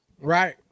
Right